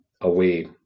away